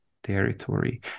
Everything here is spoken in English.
territory